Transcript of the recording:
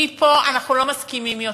מפה אנחנו לא מסכימים יותר?